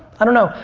i don't know.